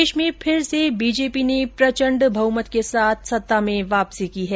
देश में फिर से बीजेपी ने प्रचण्ड बहुमत के साथ सत्ता में वापसी की है